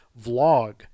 vlog